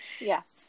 yes